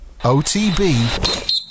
OTB